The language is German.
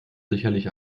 sicherlich